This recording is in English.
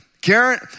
Karen